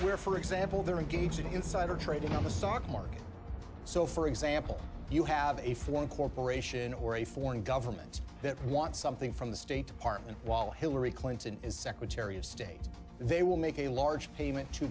where for example they're engaging insider trading on the stock market so for example if you have a foreign corporation or a foreign government that wants something from the state department while hillary clinton is secretary of state they will make a large payment to